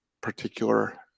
particular